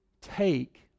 take